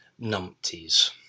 numpties